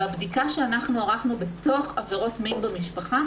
בבדיקה שאנחנו ערכנו בתוך עבירות מין במשפחה,